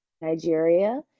Nigeria